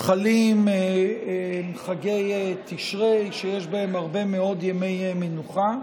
חלים חגי תשרי, שיש בהם הרבה מאוד ימי מנוחה.